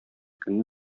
көнне